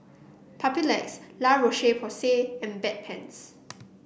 Papulex La Roche Porsay and Bedpans